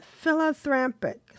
philanthropic